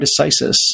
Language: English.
decisis